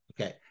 okay